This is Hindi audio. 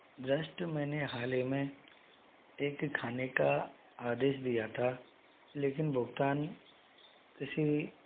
जस्ट मैंने हाल ही में एक खाने का आदेश दिया था लेकिन भुगतान किसी